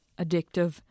Addictive